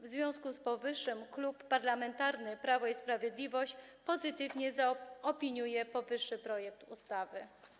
W związku z powyższym Klub Parlamentarny Prawo i Sprawiedliwość pozytywnie opiniuje ten projekt ustawy.